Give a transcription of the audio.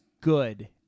good